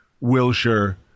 Wilshire